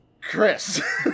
Chris